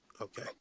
okay